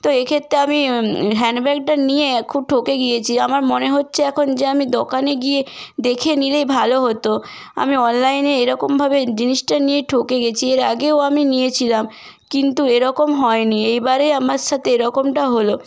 তো এক্ষেত্রে আমি হ্যান্ড ব্যাগটা নিয়ে খুব ঠকে গিয়েছি আমার মনে হচ্ছে এখন যে আমি দোকানে গিয়ে দেখে নিলেই ভালো হতো আমি অনলাইনে এরকমভাবে জিনিসটা নিয়ে ঠকে গিয়েছি এর আগেও আমি নিয়েছিলাম কিন্তু এরকম হয়নি এইবারে আমার সাথে এরকমটা হলো